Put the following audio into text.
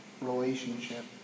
relationship